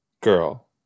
Girl